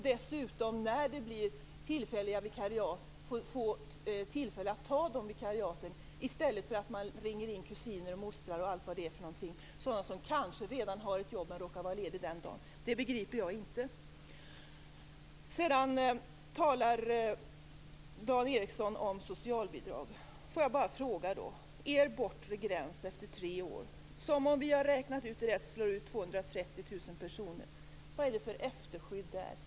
Dessutom får de när det blir tillfälliga vikariat tillfälle att ta de vikariaten i stället för att man ringer in kusiner och mostrar och allt vad det är, sådana som kanske redan har ett jobb men råkar vara lediga den dagen. Det begriper jag inte. Dan Ericsson talar också om socialbidrag. Får jag bara ställa en fråga om er bortre gräns efter tre år. Om vi har räknat rätt slår den ut 230 000 personer. Vad är det för efterskydd där?